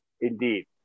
indeed